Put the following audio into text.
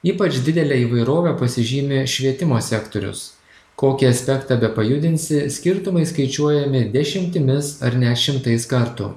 ypač didele įvairove pasižymi švietimo sektorius kokį aspektą bepajudinsi skirtumai skaičiuojami dešimtimis ar net šimtais kartų